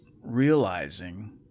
realizing